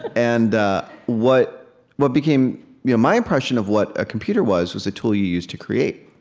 and ah what what became you know my impression of what a computer was was a tool you use to create